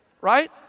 Right